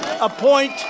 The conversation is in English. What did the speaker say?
appoint